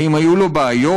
האם היו לו בעיות?